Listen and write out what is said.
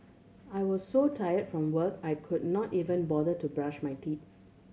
I was so tired from work I could not even bother to brush my teeth